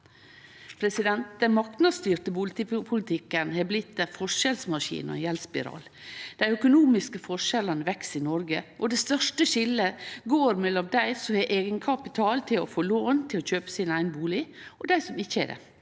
gjeldsnivået. Den marknadsstyrte bustadpolitikken er blitt ei forskjellsmaskin og ein gjeldsspiral. Dei økonomiske forskjellane veks i Noreg, og det største skiljet går mellom dei som har eigenkapital til å få lån til å kjøpe sin eigen bustad, og dei som ikkje har det.